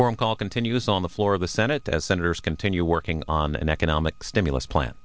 quorum call continues on the floor of the senate as senators continue working on an economic stimulus plan